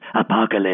apocalypse